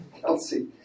Kelsey